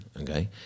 okay